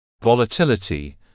Volatility